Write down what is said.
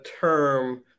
term